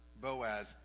Boaz